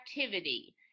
activity